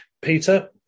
Peter